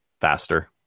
faster